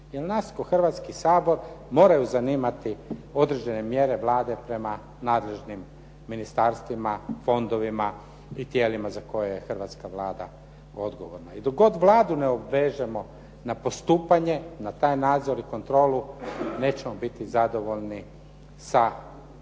Jer nas kao Hrvatski sabor moraju zanimati određene mjere Vlade prema nadležnim ministarstvima, fondovima i tijelima za koje je hrvatska Vlada odgovorna. I dok god Vladu ne obvežemo na postupanje na taj nadzor i kontrolu nećemo biti zadovoljni sa rezultatima,